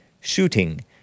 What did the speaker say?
shooting